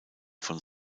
von